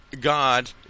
God